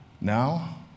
Now